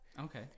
Okay